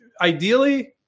ideally